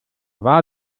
war